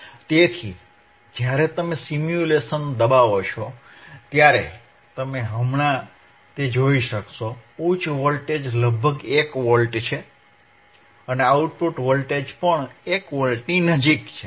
તેથી જ્યારે તમે સિમ્યુલેશન દબાવો છો ત્યારે તમે હમણાં તે જોઈ શકશો ઉચ્ચ વોલ્ટેજ લગભગ 1 વોલ્ટ છે અને આઉટપુટ વોલ્ટેજ પણ 1 વોલ્ટની નજીક છે